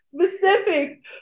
specific